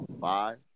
five